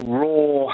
raw